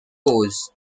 pose